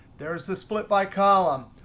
there is the split by column.